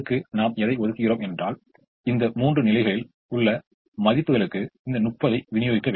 எனவே 9 7 என்பது 2 ஆகும் அதுபோல் 6 5 என்பது 1 ஆகும் கூட்டாக இது 3 ஐ தருகிறது எனவே இந்த நிலையில் எதையாவது பொருத்துவதற்கான நிகர செலவு 3 ஆகும்